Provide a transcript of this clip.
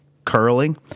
Curling